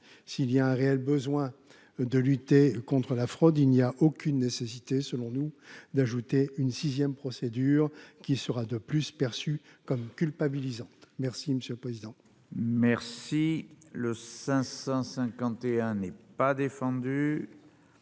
s'il y a un réel besoin de lutter contre la fraude, il n'y a aucune nécessité, selon-nous d'ajouter une 6ème, procédure qui sera de plus perçu comme culpabilisant merci monsieur le président. Merci. Le 551 n'est pas défendu